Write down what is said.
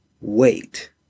wait